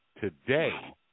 today